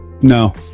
No